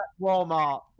Walmart